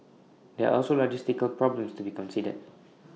there are also logistical problems to be considered